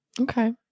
Okay